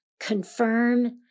confirm